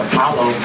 Apollo